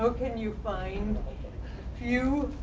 ah can you find few